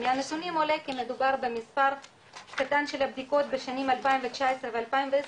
מהנתונים עולה כי מדובר במספר קטן של בדיקות בשנים 2019 ו-2020,